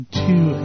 two